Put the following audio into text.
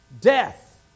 Death